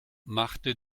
machte